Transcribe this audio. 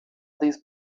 these